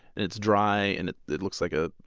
it's dry and it it looks like a